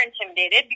intimidated